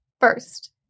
First